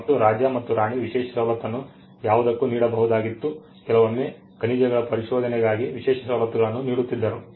ಮತ್ತು ರಾಜ ಅಥವಾ ರಾಣಿ ವಿಶೇಷ ಸವಲತ್ತನ್ನು ಯಾವುದಕ್ಕೂ ನೀಡಬಹುದಾಗಿತ್ತು ಕೆಲವೊಮ್ಮೆ ಖನಿಜಗಳ ಪರಿಶೋಧನೆಗಾಗಿ ವಿಶೇಷ ಸವಲತ್ತುಗಳನ್ನು ನೀಡುತ್ತಿದ್ದರು